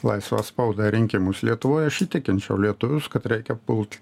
laisvą spaudą rinkimus lietuvoj aš įtikinčiau lietuvius kad reikia pult